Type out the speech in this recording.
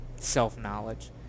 self-knowledge